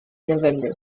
november